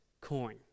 coin